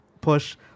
Push